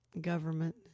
government